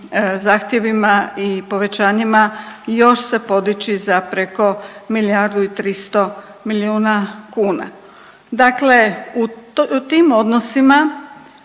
zahtjevima i povećanjima još se podići za preko milijardu i 300 milijuna kuna. Dakle, u tim odnosima